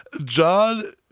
John